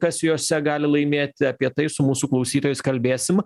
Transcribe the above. kas jose gali laimėti apie tai su mūsų klausytojais kalbėsim